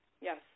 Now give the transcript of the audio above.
Yes